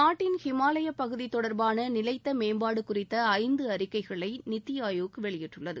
நாட்டின் ஹிமாலய பகுதி தொடர்பான நிலைத்த மேம்பாடு குறித்த ஐந்து அறிக்கைகளை நித்தி ஆயோக் வெளியிட்டுள்ளது